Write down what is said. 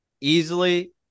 easily